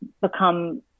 become